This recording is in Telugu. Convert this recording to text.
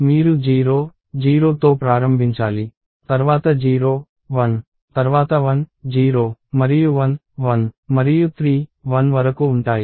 మీరు 0 0 తో ప్రారంభించాలి తర్వాత 0 1 తర్వాత 1 0 మరియు 1 1 మరియు 3 1 వరకు ఉంటాయి